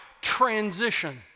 Transition